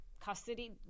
custody